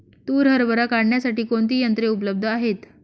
तूर हरभरा काढण्यासाठी कोणती यंत्रे उपलब्ध आहेत?